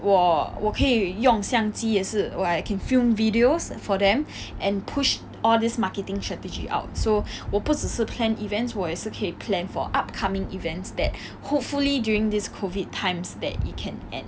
我我可以用相机也是 like I can film videos for them and push all these marketing strategy out so 我不只是 plan events 我也是可以 plan for upcoming events that hopefully during this COVID times that it can end